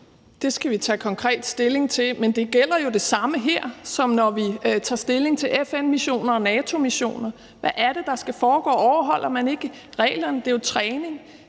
Det skal vi tage konkret stilling til, men der gælder jo det samme her, som når vi tager stilling til FN-missioner og NATO-missioner. Vi skal vide, hvad det er, der skal foregå, og om man overholder reglerne. Det er jo bl.a.